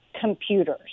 computers